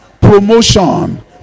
Promotion